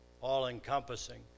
all-encompassing